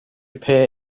appear